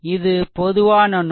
இது பொதுவான நோட்